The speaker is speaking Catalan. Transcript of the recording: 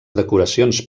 decoracions